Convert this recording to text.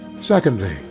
Secondly